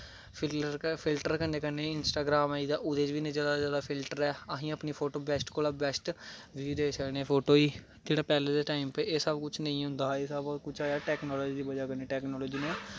filter दे कन्नै कन्नै इंस्टाग्राम आई दा ओह्दे च बी इन्ने फिल्टर ऐं अस अपनी फोटो गी बैस्ट कोला दा बैस्ट होई सकने फोटो गी जेह्ड़ा पैह्लें दे टाईम च ते नेईं होंदा हा एह् आया टैकनॉलजी दी बजह कन्नै